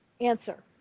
Answer